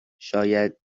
شاید